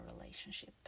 relationship